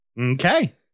Okay